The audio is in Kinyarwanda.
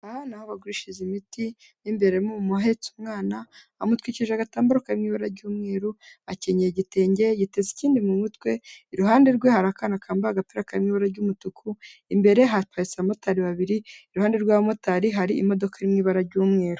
Aha ni aho bagurishiriza imiti mu imbere harimo umuntu uhetse umwana amutwikirije agatambaro kari mu ibura ry'umweru, akennyeye igitenge yiteza ikindi mu mutwe. Iruhande rwe hari akana kambaye agapira kari mu ibara ry'umutuku. Imbere haparitse abamotari babiri, iruhande rw'abamotari hari imodokarimo iri mu ibara ry'umweru.